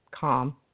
calm